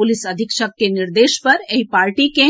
police अधीक्षक के निर्देश पर एहि पार्टी के